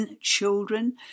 children